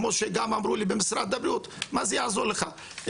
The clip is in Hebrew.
כמו שגם אמרו לי במשרד הבריאות: מה זה יעזור לך?